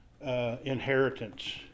inheritance